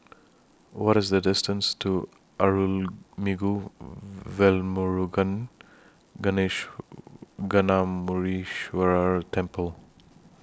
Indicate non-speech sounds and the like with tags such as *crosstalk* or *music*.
What IS The distance to Arulmigu Velmurugan *unintelligible* Gnanamuneeswarar Temple